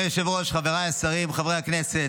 חברי הכנסת,